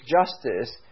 justice